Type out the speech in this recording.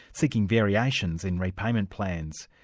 seeking variations in repayment plans.